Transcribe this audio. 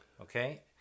okay